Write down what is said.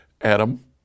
Adam